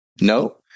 no